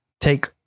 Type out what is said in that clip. take